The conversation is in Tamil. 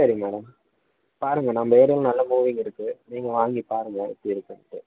சரி மேடம் பாருங்கள் நம்ம ஏரியாவில் நல்லா மூவிங் இருக்குது நீங்கள் வாங்கி பாருங்கள் எப்படி இருக்குதுன்ட்டு